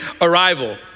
arrival